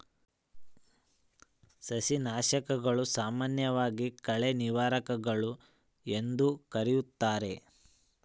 ಸಸ್ಯನಾಶಕಗಳು, ಸಾಮಾನ್ಯವಾಗಿ ಕಳೆ ನಿವಾರಕಗಳು ಎಂದೂ ಕರೆಯುತ್ತಾರೆ